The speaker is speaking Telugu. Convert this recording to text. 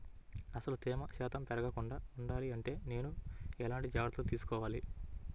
అసలు తేమ శాతం పెరగకుండా వుండాలి అంటే నేను ఎలాంటి జాగ్రత్తలు తీసుకోవాలి?